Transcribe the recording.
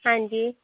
ਹਾਂਜੀ